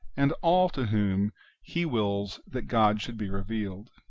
and all to whom he wills that god should be revealed.